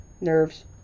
nerves